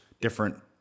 different